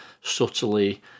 subtly